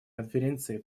конференции